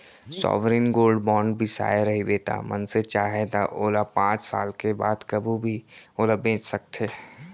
sovereign gold bond बिसाए रहिबे त मनसे चाहय त ओला पाँच साल के बाद कभू भी ओला बेंच सकथे